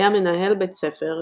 היה מנהל בית ספר,